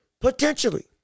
Potentially